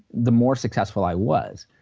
the more successful i was.